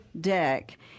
deck